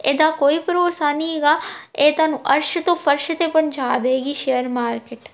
ਇਹਦਾ ਕੋਈ ਭਰੋਸਾ ਨਹੀਂ ਹੈਗਾ ਇਹ ਤੁਹਾਨੂੰ ਅਰਸ਼ ਤੋਂ ਫਰਸ਼ 'ਤੇ ਪਹੁੰਚਾ ਦੇਵੇਗੀ ਸ਼ੇਅਰ ਮਾਰਕੀਟ